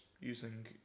using